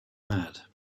mad